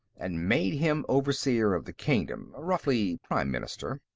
and made him overseer of the kingdom roughly, prime minister.